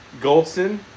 Goldson